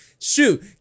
shoot